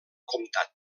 comtat